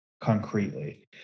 concretely